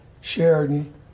Sheridan